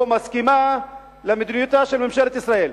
או מסכימה למדיניותה של ממשלת ישראל.